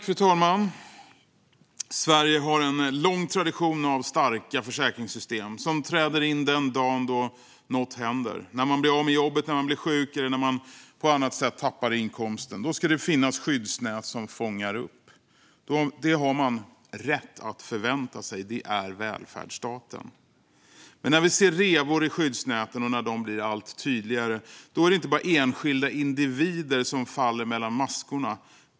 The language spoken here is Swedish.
Fru talman! Sverige har en lång tradition av starka försäkringssystem som träder in den dag något händer. När man blir av med jobbet, blir sjuk eller på annat sätt tappar inkomsten ska det finnas skyddsnät som fångar upp en. Det har man rätt att förvänta sig; det är välfärdsstaten. Men när vi ser revor i skyddsnäten, och när de blir allt tydligare, är det inte bara enskilda individer som faller mellan maskorna.